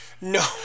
No